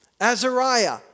Azariah